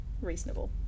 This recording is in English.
reasonable